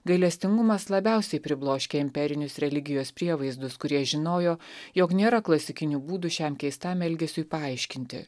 gailestingumas labiausiai pribloškia imperinius religijos prievaizdus kurie žinojo jog nėra klasikinių būdų šiam keistam elgesiui paaiškinti